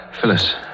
Phyllis